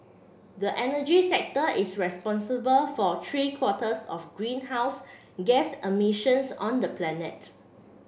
the energy sector is responsible for three quarters of greenhouse gas emissions on the planet